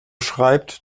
schreibt